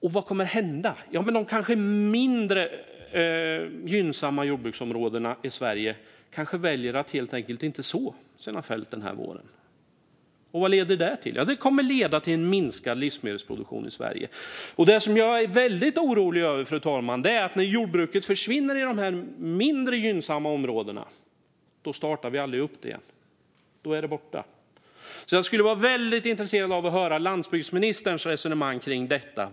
Och vad kommer att hända? I de mindre gynnsamma jordbruksområdena i Sverige kanske man väljer att helt enkelt inte så sina fält denna vår. Vad leder det till? Jo, det kommer att leda till en minskad livsmedelsproduktion i Sverige. Fru talman! Det som jag är väldigt orolig över är att när jordbruket försvinner i dessa mindre gynnsamma områden startas det aldrig upp igen, utan då är det borta. Jag är därför väldigt intresserad av att höra landsbygdsministerns resonemang kring detta.